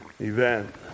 event